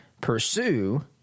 pursue